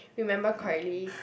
remember correctly